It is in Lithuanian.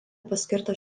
paskirtas